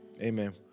Amen